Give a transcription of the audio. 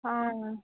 ஆ